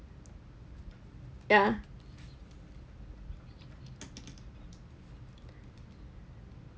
yeah